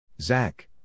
Zach